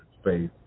space